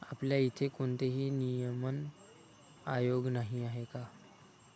आपल्या इथे कोणतेही नियमन आयोग नाही आहे का?